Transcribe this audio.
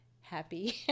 happy